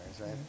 right